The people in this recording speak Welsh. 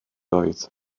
oed